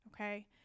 Okay